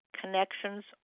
connections